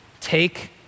take